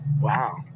wow